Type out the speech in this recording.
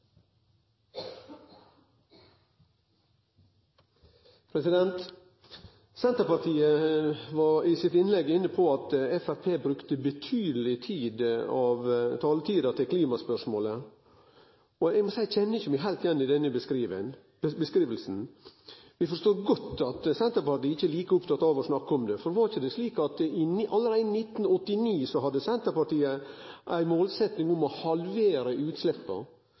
var i sitt innlegg inne på at Framstegspartiet brukte betydeleg taletid på klimaspørsmålet. Eg må seie at eg kjenner meg ikkje heilt igjen i den beskrivinga. Eg forstår godt at Senterpartiet ikkje er like oppteke av å snakke om det. Er det ikkje slik at allereie i 1989 hadde Senterpartiet ei målsetjing om å halvere utsleppa?